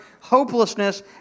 hopelessness